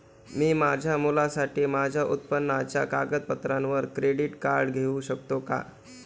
मी माझ्या मुलासाठी माझ्या उत्पन्नाच्या कागदपत्रांवर क्रेडिट कार्ड घेऊ शकतो का?